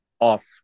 off